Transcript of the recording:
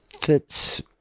fits